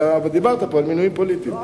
דיברת פה על מינויים פוליטיים,